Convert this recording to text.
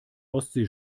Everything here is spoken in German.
ostsee